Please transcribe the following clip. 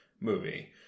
movie